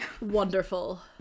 Wonderful